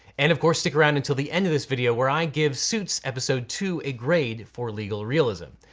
and of course stick around until the end of this video where i give suits episode two a grade for legal realism.